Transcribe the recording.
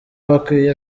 bakwiye